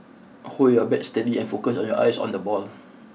hold your bat steady and focus your eyes on the ball